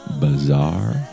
bizarre